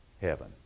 heaven